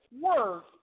work